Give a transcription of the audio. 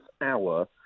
hour